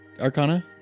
Arcana